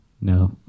No